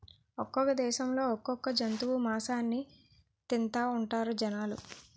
ఒక్కొక్క దేశంలో ఒక్కొక్క జంతువు మాసాన్ని తింతాఉంటారు జనాలు